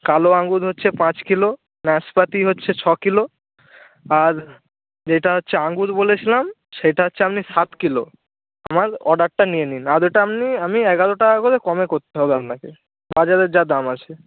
কালো আঙুর হচ্ছে পাঁচ কিলো নাসপাতি হচ্ছে ছ কিলো আর যেটা হচ্ছে আঙুর বলেছিলাম সেটা হচ্ছে আপনি সাত কিলো আমার অর্ডারটা নিয়ে নিন আর ওটা আপনি আমি এগারো টাকা করে কমে করতে হবে আপনাকে বাজারের যা দাম আছে